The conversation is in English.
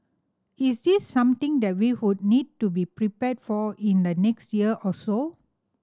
is this something that we would need to be prepared for in the next year or so